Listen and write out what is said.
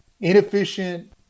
inefficient